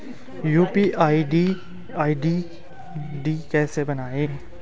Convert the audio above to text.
UPI ID कैसे बनाएं?